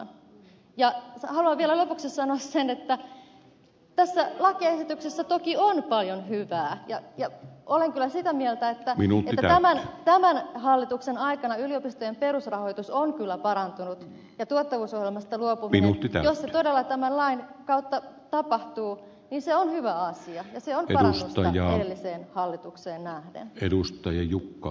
haluan vielä lopuksi sanoa sen että tässä lakiesityksessä toki on paljon hyvää ja olen sitä mieltä että tämän hallituksen aikana yliopistojen perusrahoitus on kyllä parantunut ja tuottavuusohjelmasta luopuminen jos se todella tämän lain kautta tapahtuu on hyvä asia ja se on parannusta edelliseen hallitukseen nähden